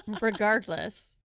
regardless